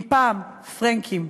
מפעם, "פרענקים".